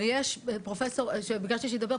אבל יש פרופסור שביקשתי שידבר,